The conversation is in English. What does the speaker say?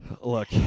look